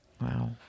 Wow